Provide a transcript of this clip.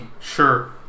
sure